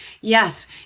yes